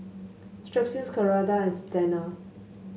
Strepsils Ceradan and